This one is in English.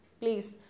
Please